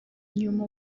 nyuma